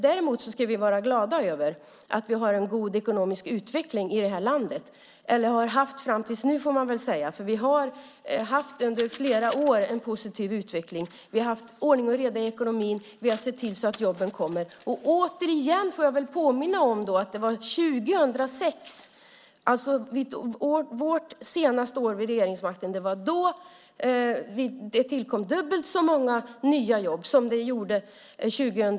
Däremot ska vi vara glada över att vi har en god ekonomisk utveckling i det här landet, eller har haft fram tills nu, får man väl säga. Vi har haft en positiv utveckling under flera år. Vi har haft ordning och reda i ekonomin. Vi har sett till så att jobben kommer. Återigen får jag väl påminna om att det 2006, vårt senaste år vid regeringsmakten, tillkom dubbelt så många nya jobb som det gjorde 2007.